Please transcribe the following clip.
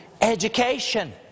education